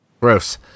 Gross